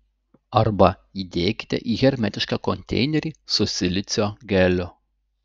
arba įdėkite į hermetišką konteinerį su silicio geliu